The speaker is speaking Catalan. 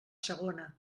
segona